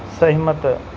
ਸਹਿਮਤ